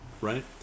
Right